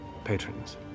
Patrons